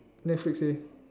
Netflix